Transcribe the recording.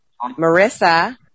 Marissa